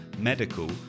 medical